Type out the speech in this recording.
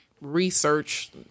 research